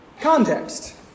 Context